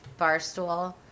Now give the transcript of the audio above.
barstool